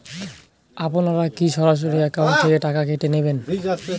আপনারা কী সরাসরি একাউন্ট থেকে টাকা কেটে নেবেন?